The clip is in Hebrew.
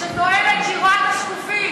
שטוענת שהיא רואה את השקופים.